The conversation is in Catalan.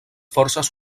forces